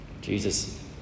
Jesus